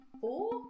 four